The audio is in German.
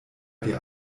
dir